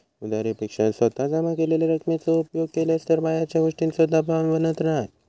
उधारी पेक्षा स्वतः जमा केलेल्या रकमेचो उपयोग केलास तर बाहेरच्या गोष्टींचों दबाव बनत नाय